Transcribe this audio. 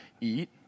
eat